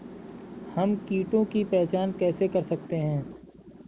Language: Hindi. हम कीटों की पहचान कैसे कर सकते हैं?